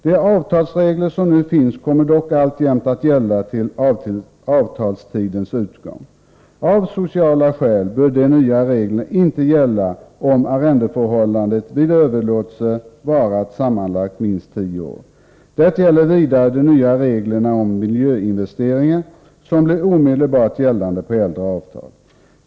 De avtalsregler som nu finns kommer dock alltjämt att gälla till avtalstidens utgång. Av sociala skäl bör de nya reglerna inte tillämpas om arrendeförhållandet vid överlåtelse varat sammanlagt minst tio år. Det gäller vidare de nya reglerna om miljöinvesteringar, som blir omedelbart tillämpliga på äldre avtal.